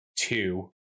two